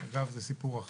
מג"ב זה סיפור אחר.